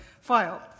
file